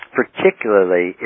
particularly